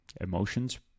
Emotions